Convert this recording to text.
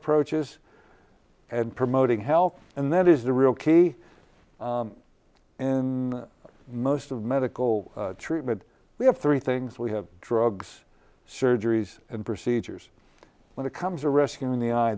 approaches and promoting health and that is the real key in most of medical treatment we have three things we have drugs surgeries and procedures when it comes to rescu